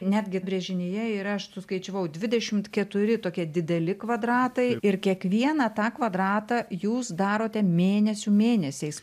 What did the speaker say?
netgi brėžinyje yra aš suskaičiavau dvidešimt keturi tokie dideli kvadratai ir kiekvieną tą kvadratą jūs darote mėnesių mėnesiais